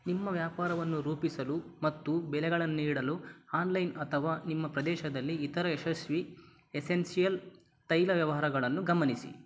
ನಿಮ್ಮ ವ್ಯಾಪಾರವನ್ನು ರೂಪಿಸಲು ಮತ್ತು ಬೆಲೆಗಳನ್ನು ನೀಡಲು ಆನ್ಲೈನ್ ಅಥವಾ ನಿಮ್ಮ ಪ್ರದೇಶದಲ್ಲಿ ಇತರ ಯಶಸ್ವಿ ಎಸೆನ್ಷಿಯಲ್ ತೈಲ ವ್ಯವಹಾರಗಳನ್ನು ಗಮನಿಸಿ